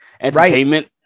entertainment